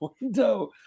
window